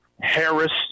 Harris